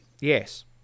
Yes